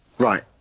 Right